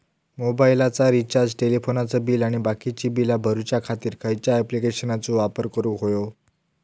मोबाईलाचा रिचार्ज टेलिफोनाचा बिल आणि बाकीची बिला भरूच्या खातीर खयच्या ॲप्लिकेशनाचो वापर करूक होयो?